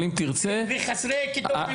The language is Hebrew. וחסרי כיתות.